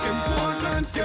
Important